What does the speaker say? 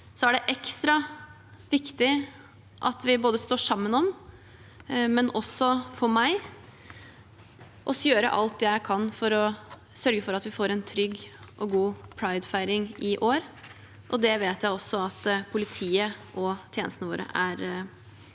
er det ekstra viktig at vi står sammen, og for meg å gjøre alt jeg kan, for å sørge for at vi får en trygg og god pridefeiring i år. Det vet jeg også at politiet og tjenestene våre er veldig